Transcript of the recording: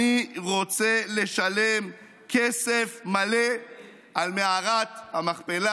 אני רוצה לשלם כסף מלא על מערכת המכפלה.